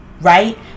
Right